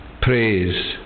Praise